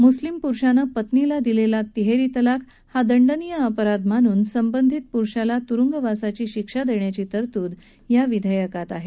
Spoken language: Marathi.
म्स्लिम प्रुषानं पत्नीला दिलेला तिहेरी तलाक हा दंडनीय अपराध मानून संबंधित प्रुषाला त्रुंगवासाची शिक्षा देण्याची तरतूद या विधेयकात आहे